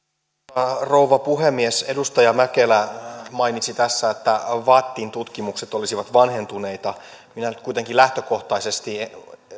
arvoisa rouva puhemies edustaja mäkelä mainitsi tässä että vattin tutkimukset olisivat vanhentuneita minä nyt kuitenkin lähtökohtaisesti